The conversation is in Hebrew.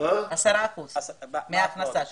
מההכנסה שלהם.